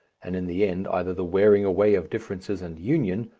and in the end either the wearing away of differences and union,